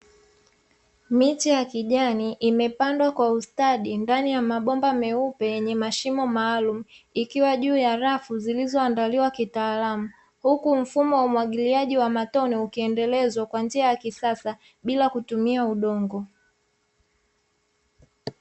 Miche ya kijani imepandwa kwa ustadi ndani ya mabomba meupe yenye mashine maalumu ikiwa juu ya rafu zilizo andaliwa kitaalamu, huku mfumo wa umwagiliaji wa matone ukiendelezwa kwa njia ya kisasa bila kutumia udongo.